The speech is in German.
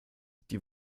die